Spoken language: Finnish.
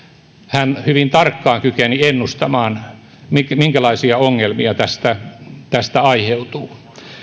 hän hyvin tarkkaan kykeni ennustamaan minkälaisia ongelmia tästä tästä aiheutuu